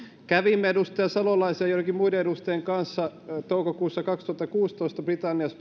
kävimme edustaja salolaisen ja joidenkin muiden edustajien britannia ystävyysryhmän kanssa toukokuussa kaksituhattakuusitoista britanniassa